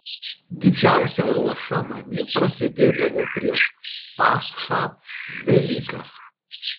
didžiausia ruoša namie prasidėdavo prieš paschą velykas